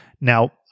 Now